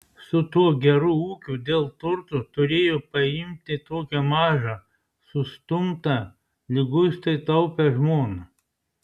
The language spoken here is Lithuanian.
su tuo geru ūkiu dėl turto turėjo paimti tokią mažą sustumtą liguistai taupią žmoną